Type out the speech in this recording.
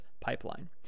Pipeline